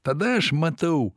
tada aš matau